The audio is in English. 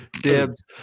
dibs